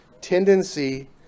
tendency